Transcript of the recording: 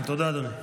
תודה, אדוני.